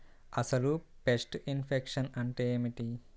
అసలు pest infection అంటే ఏమిటి?